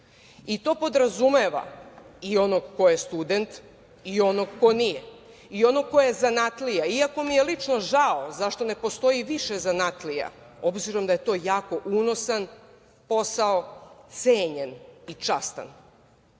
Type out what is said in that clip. To podrazumeva i onog ko je student i onog ko nije, i onog ko je zanatlija, iako mi je lično žao zašto ne postoji više zanatlija, obzirom da je to jako unosan, cenjen i častan